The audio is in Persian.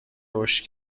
رشد